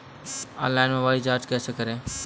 Online mobile recharge कैसे करें?